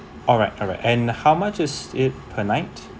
alright alright uh and how much is it per night